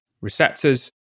receptors